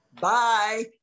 bye